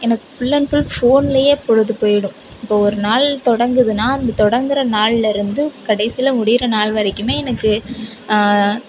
எனக்கு full and full ஃபோனிலயே பொழுது போய்விடும் இப்போது ஒரு நாள் தொடங்குதுனால் அந்த தொடங்கிற நாளிலருந்து கடைசியில் முடிகிற நாள் வரைக்குமே எனக்கு